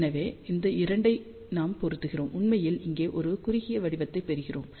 எனவே இந்த 2 ஐ நாம் பெருக்குகிறோம் உண்மையில் இங்கே ஒரு குறுகிய வடிவத்தைப் பெறுகிறோம்